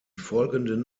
folgenden